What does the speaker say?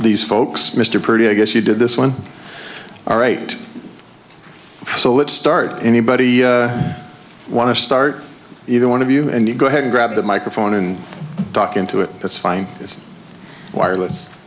these folks mr purdie i guess you did this one all right so let's start anybody want to start either one of you and you go ahead and grab the microphone and duck into it that's fine wireless